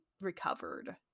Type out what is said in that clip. recovered